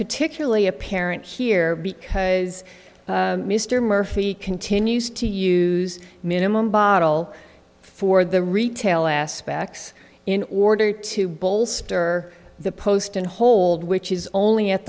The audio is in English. particularly apparent here because mr murphy continues to use minimum bottle for the retail aspects in order to bolster the post and hold which is only at